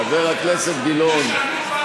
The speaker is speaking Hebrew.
שברתם, תשלמו.